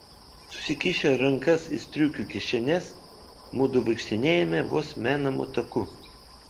susikišę rankas į striukių kišenes mudu vaikštinėjome vos menamu taku